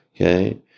okay